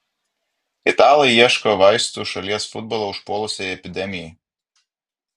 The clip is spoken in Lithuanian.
italai ieško vaistų šalies futbolą užpuolusiai epidemijai